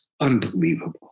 unbelievable